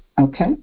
Okay